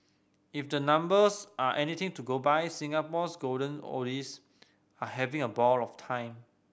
if the numbers are anything to go by Singapore's golden oldies are having a ball of time